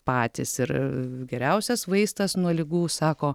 patys ir geriausias vaistas nuo ligų sako